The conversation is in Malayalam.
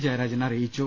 ജയരാജൻ അറിയിച്ചു